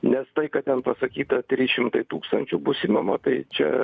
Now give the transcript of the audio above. nes tai kad ten pasakyta trys šimtai tūkstančių bus imama tai čia